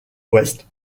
ouest